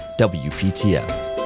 WPTF